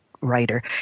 writer